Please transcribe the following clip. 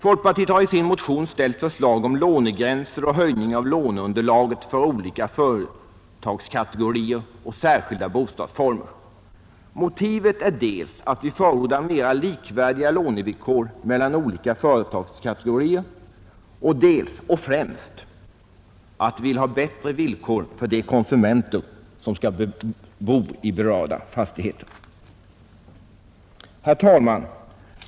Folkpartiet har i sin motion ställt förslag om lånegränser och höjning av låneunderlaget för olika företagskategorier och särskilda bostadsformer. Motivet är dels att vi förordar mera likvärdiga lånevillkor för olika företagskategorier, dels och främst att vi vill ha bättre villkor för de konsumenter, som skall bo i berörda fastigheter. Herr talman!